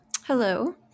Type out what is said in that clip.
Hello